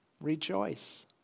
Rejoice